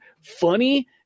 funny